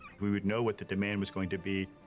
we'd know what the demand was going to be,